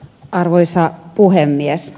arvoisa puhemies